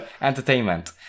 Entertainment